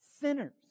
sinners